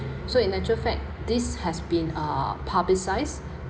so in actual fact this has been ah publicised